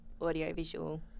audiovisual